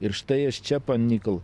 ir štai aš čia pan nikol